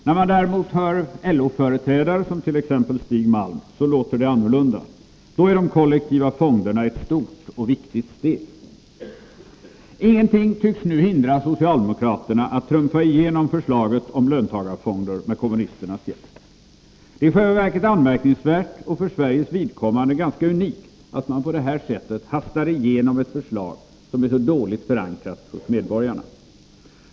När man hör LO-företrädare, t.ex. Stig Malm, låter det emellertid annorlunda. Då är de kollektiva fonderna ett stort och viktigt steg. Ingenting tycks nu hindra socialdemokraterna från att trumfa igenom förslaget om löntagarfonder med kommunisternas hjälp. Det är i själva verket anmärkningsvärt och för Sveriges vidkommande ganska unikt att man på detta sätt hastar igenom ett förslag som är så dåligt förankrat hos medborgarna.